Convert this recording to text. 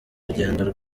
urugendo